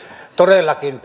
todellakin